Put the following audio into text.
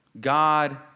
God